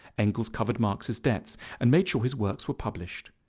engels covered marx's debts and made sure his works were published.